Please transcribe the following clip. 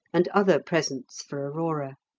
and other presents for aurora.